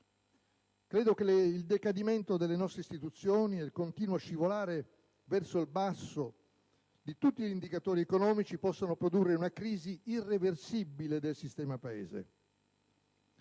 venire. Il decadimento delle istituzioni e il continuo scivolare verso il basso di tutti gli indicatori economici possano produrre una crisi irreversibile del sistema Paese.